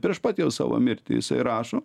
prieš pat jau savo mirtį jisai rašo